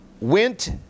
went